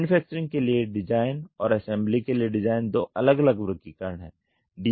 manufacturing के लिए design और असेंबली के लिए डिजाइन दो अलग अलग वर्गीकरण हैं